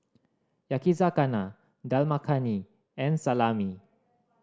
Yakizakana Dal Makhani and Salami